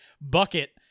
bucket